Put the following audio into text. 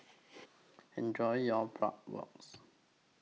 Enjoy your Bratwurst